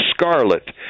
scarlet